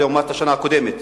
לעומת השנה הקודמת.